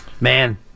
Man